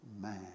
man